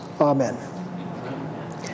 amen